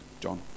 John